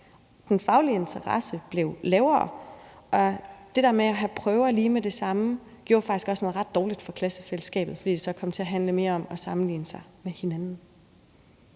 Den faglige interesse blev lavere, og det der med at have prøver lige med det samme gjorde faktisk også noget ret dårligt for klassefællesskabet, fordi det så kom til at handle mere om at sammenligne sig med hinanden.